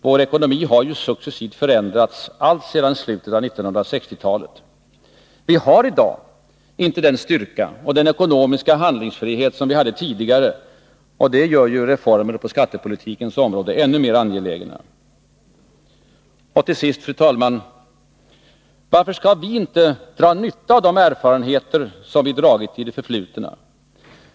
Vår ekonomi har ju successivt förändrats alltsedan slutet av 1960-talet. Vi har i dag inte den styrka och den ekonomiska handlingsfrihet som vi hade tidigare, och det gör reformer på skattepolitikens område ännu mera angelägna. Och vidare, fru talman: Varför skall vi inte dra nytta av de erfarenheter som vi gjort i det förflutna?